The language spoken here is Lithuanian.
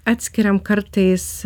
atskiriam kartais